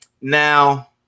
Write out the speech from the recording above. Now